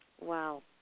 Wow